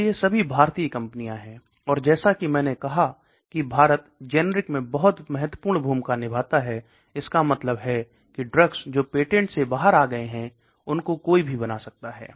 तो ये सभी भारतीय कंपनियाँ हैं और जैसा कि मैंने कहा कि भारत जेनरिक में बहुत महत्वपूर्ण भूमिका निभाता है इसका मतलब है कि ड्रग्स जो पेटेंट से बाहर आ गए हैं उनको कोई भी बना सकता है